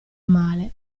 male